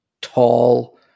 tall